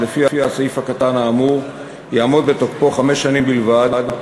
שלפיה הסעיף הקטן האמור יעמוד בתוקפו חמש שנים בלבד,